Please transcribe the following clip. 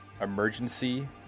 Emergency